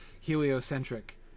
heliocentric